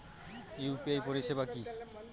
UPI পরিসেবা কি?